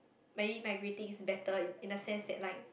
may my grading is better in the sense said like